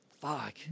Fuck